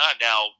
now